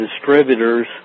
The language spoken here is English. distributors